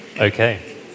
Okay